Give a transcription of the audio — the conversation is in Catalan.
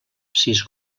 sis